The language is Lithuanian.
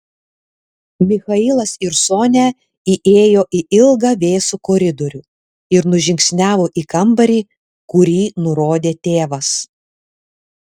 michailas ir sonia įėjo į ilgą vėsų koridorių ir nužingsniavo į kambarį kurį nurodė tėvas